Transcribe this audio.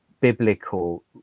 biblical